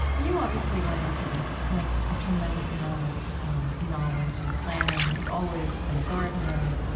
you, obviously, went into this with a tremendous amount of knowledge and planning. you'd always been a gardener.